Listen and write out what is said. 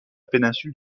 péninsule